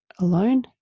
alone